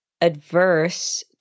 adverse